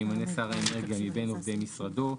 שימנה שר האנרגיה מבין עובדי משרדו,